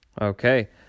Okay